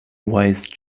wise